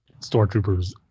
stormtroopers